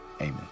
Amen